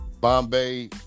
Bombay